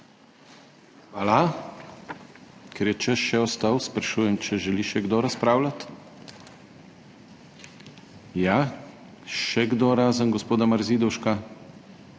Hvala. Ker je čas še ostal, sprašujem, če želi še kdo razpravljati? Ja. Še kdo razen gospoda Marzidovška?